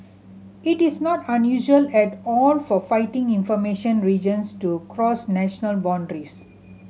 it is not unusual at all for flighting information regions to cross national boundaries